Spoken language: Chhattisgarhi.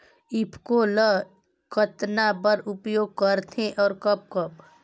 ईफको ल कतना बर उपयोग करथे और कब कब?